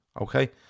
Okay